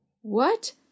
What